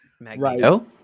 Magneto